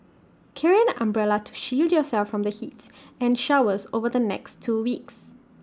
carry an umbrella to shield yourself from the heats and showers over the next two weeks